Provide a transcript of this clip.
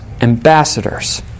ambassadors